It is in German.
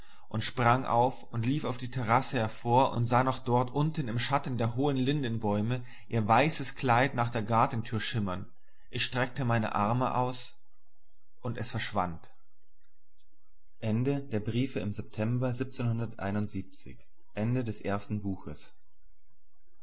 und sprang auf und lief auf die terrasse hervor und sah noch dort unten im schatten der hohen lindenbäume ihr weißes kleid nach der gartentür schimmern ich streckte meine arme aus und es verschwand